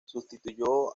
sustituyó